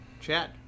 chat